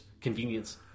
convenience